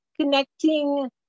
connecting